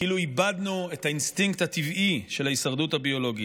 כאילו איבדנו את האינסטינקט הטבעי של ההישרדות הביולוגית.